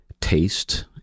taste